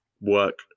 work